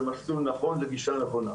זה מסלול נכון וגישה נכונה.